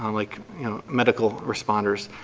um like you know medical responders.